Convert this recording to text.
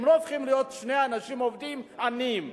הם לא הופכים להיות שני אנשים עובדים עניים.